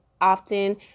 often